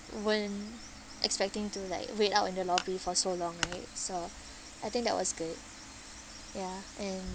weren't expecting to like wait out in the lobby for so long right so I think that was good ya and